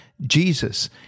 Jesus